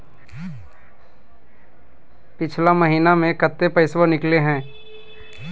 पिछला महिना मे कते पैसबा निकले हैं?